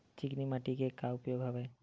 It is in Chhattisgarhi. चिकनी माटी के का का उपयोग हवय?